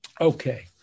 Okay